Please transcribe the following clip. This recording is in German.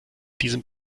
diesem